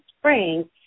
spring